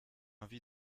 envie